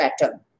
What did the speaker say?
pattern